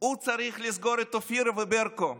הוא צריך לסגור את אופירה וברקו,